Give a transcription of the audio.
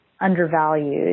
undervalued